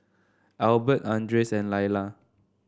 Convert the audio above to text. Albert Andres and Lyla